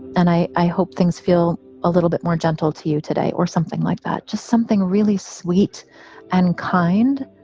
and i i hope things feel a little bit more gentle to you today or something like that, just something really sweet and kind.